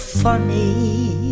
funny